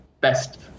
best